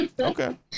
Okay